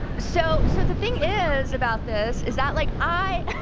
so so the thing is about this, is that like i